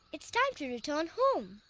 it's time to return home.